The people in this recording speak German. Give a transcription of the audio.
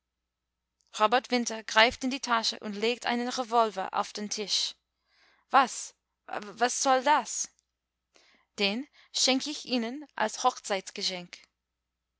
robert winter greift in die tasche und legt einen revolver auf den tisch was was soll das den schenk ich ihnen als